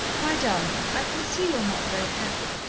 my darling, i can see you're not very happy,